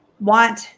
want